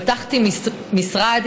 פתחתי משרד,